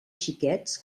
xiquets